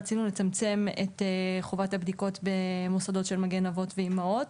רצינו לצמצם את חובת הבדיקות במוסדות של מגן אבות ואימהות,